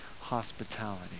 hospitality